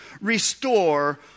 restore